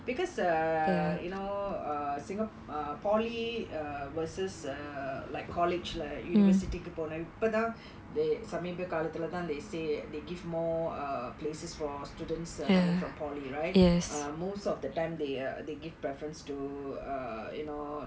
because err you know err singapore polytechnic err versus err like college like university போனா இப்போதா:ponaa ippothaa the but now they சமீம காலத்துல தான்:sameeba kaalathula thaan they say they give more err places for students coming from polytechnic right uh most of the time they ah they give preference to err you know